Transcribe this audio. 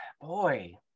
boy